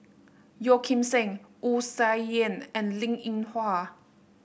Yeo Kim Seng Wu Tsai Yen and Linn In Hua